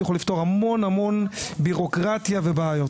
יכול לפתור המון המון בירוקרטיה ובעיות,